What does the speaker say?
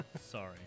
Sorry